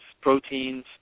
proteins